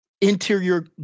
interior